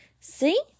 See